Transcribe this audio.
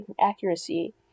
accuracy